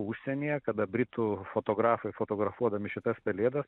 užsienyje kada britų fotografai fotografuodami šitas pelėdas